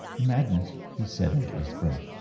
madness, he said, under his breath.